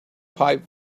pipe